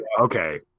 Okay